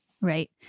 Right